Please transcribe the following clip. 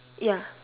ya